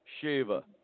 Shiva